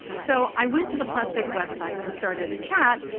so i went to the plustek website and started a chat,